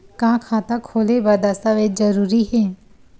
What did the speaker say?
का खाता खोले बर दस्तावेज जरूरी हे?